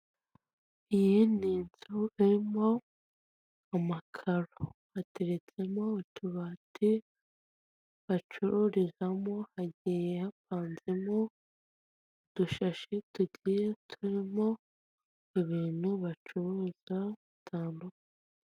Iyi ni inzu irimo amakaro hatereretsemo utubati bacururizamo, hagiye hapanzemo udushashi tugiye turimo ibintu bacuruza bitandukanye.